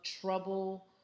trouble